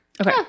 okay